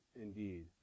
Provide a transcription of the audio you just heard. Indeed